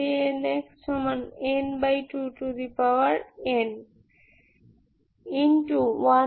Jn n2n 1n